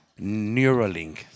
Neuralink